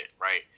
right